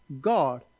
God